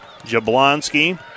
Jablonski